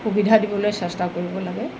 সুবিধা দিবলৈ চেষ্টা কৰিব লাগে